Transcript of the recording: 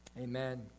amen